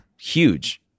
huge